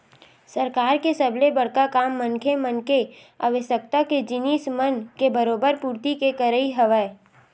सरकार के सबले बड़का काम मनखे मन के आवश्यकता के जिनिस मन के बरोबर पूरति के करई हवय